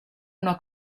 una